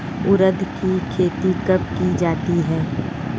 उड़द की खेती कब की जाती है?